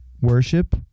Worship